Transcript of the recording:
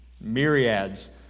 myriads